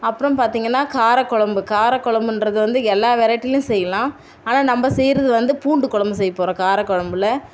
அப்புறம் பார்த்தீங்கன்னா காரக்குழம்பு காரக்குழம்புன்றது வந்து எல்லா வெரைட்டிலையும் செய்யலாம் ஆனால் நம்ம செய்கிறது வந்து பூண்டு குழம்பு செய்ய போகிறோம் காரக்குழம்புல